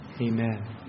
Amen